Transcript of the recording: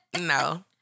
No